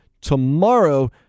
Tomorrow